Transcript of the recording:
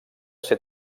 ser